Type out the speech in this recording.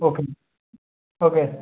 okay okay